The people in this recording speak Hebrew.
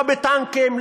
לא בטנקים,